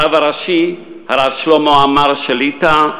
הרב הראשי שלמה עמאר שליט"א,